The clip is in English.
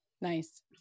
Nice